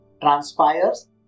Transpires